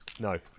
No